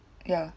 ya